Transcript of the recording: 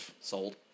sold